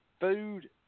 food